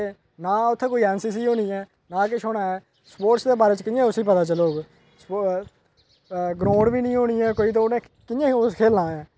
ते नां उत्थै कोई ऐन सी सी होनी ऐ न किश होना ऐ स्पोर्टस दे बारै च कि'यां उस्सी पता चलोग ग्राउंड बी निं होनी ऐ कि'यां उस खेलना ऐ